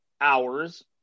hours